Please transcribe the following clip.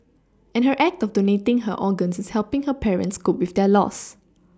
and her act of donating her organs is helPing her parents cope with their loss